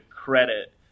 credit